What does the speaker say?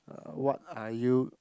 uh what are you